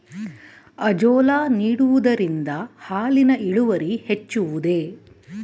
Azolla ನೀಡುವುದರಿಂದ ಹಾಲಿನ ಇಳುವರಿ ಹೆಚ್ಚುವುದೇ?